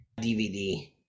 DVD